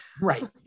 right